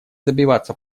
добиваться